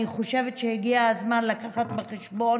אני חושבת שהגיע הזמן לקחת בחשבון